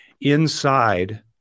inside